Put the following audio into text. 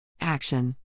Action